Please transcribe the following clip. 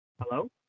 Hello